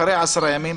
אחרי 10 ימים,